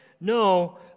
No